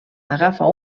agafa